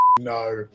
No